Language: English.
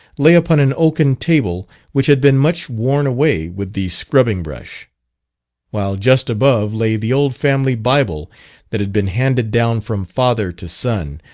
lay upon an oaken table which had been much worn away with the scrubbing brush while just above lay the old family bible that had been handed down from father to son,